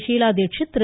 Sheila Dikshit Thiru